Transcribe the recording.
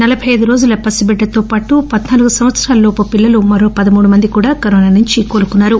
నలబై ఐదు రోజుల పసి బిడ్డతో పాటు పద్నాలుగు సంవత్సరాల లోపు పిల్లలు మరో పదమూడు మంది కూడా కరోనా నుంచి కోలుకున్నారు